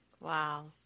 Wow